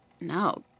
No